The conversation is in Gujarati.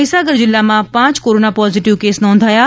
મહીસાગર જિલ્લામાં પાંચ કોરોના પોઝિટીવ કેસ નોંધાયા છે